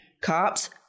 cops